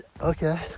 Okay